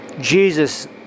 Jesus